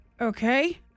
Okay